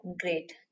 Great